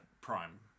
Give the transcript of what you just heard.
prime